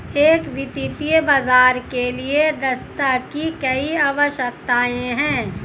एक वित्तीय बाजार के लिए दक्षता की कई अवधारणाएं हैं